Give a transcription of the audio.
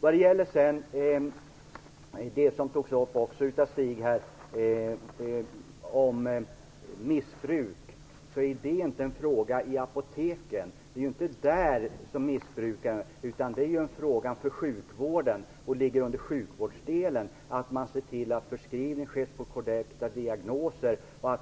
Vad gäller det som Stig Sandström tog upp om missbruk är det inte en fråga för apoteken utan för sjukvården. Det ligger under sjukvårdsdelen att se till att förskrivning sker utifrån korrekta diagnoser och